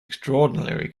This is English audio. extraordinarily